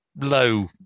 low